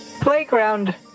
playground